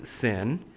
sin